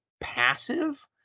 passive